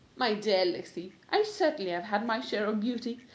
my dear lizzy, i certainly have had my share of beauty,